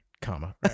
comma